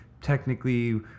technically